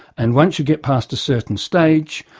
and once you get past a certain stage,